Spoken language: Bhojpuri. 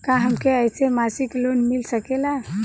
का हमके ऐसे मासिक लोन मिल सकेला?